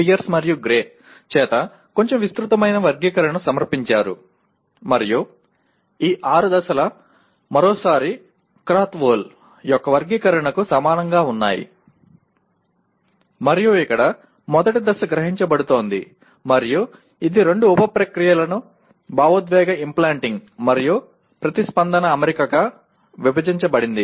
Pierce మరియు Gray చేత కొంచెం విస్తృతమైన వర్గీకరణను సమర్పించారు మరియు ఈ ఆరు దశలు మరోసారి క్రాత్వోల్ యొక్క వర్గీకరణకు Krathwohl's taxonomy సమానంగా ఉన్నాయి మరియు ఇక్కడ మొదటి దశ గ్రహించబడుతోంది మరియు ఇది రెండు ఉప ప్రక్రియలుగా భావోద్వేగ ఇంప్లాంటింగ్ మరియు ప్రతిస్పందన అమరికగా విభజించబడింది